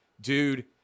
dude